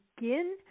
begin